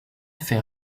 fait